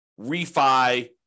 refi